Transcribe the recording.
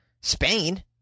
Spain